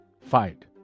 fight